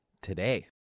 today